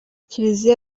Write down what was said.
kiliziya